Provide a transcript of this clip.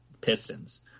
Pistons